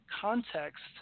context